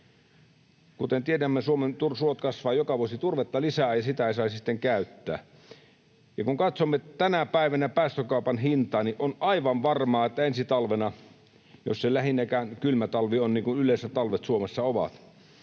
Kuten tiedämme, Suomen suot kasvavat joka vuosi turvetta lisää, ja sitä ei saisi sitten käyttää. Kun katsomme tänä päivänä päästökaupan hintaa, niin on aivan varmaa, että ensi talvena — jos se lähinnä kylmä talvi on, niin kuin yleensä talvet Suomessa ovat